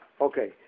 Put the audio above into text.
Okay